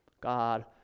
God